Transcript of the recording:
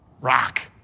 rock